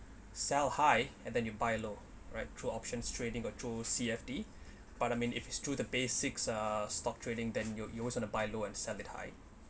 sell high and then you buy low right through options trading or through C_F_D but I mean if it's true the basics are stock trading than you you always want to buy low and sell it high